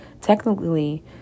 technically